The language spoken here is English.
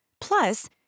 Plus